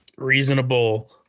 reasonable